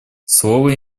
слово